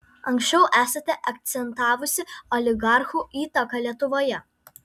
anksčiau esate akcentavusi oligarchų įtaką lietuvoje